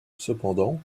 cependant